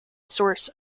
source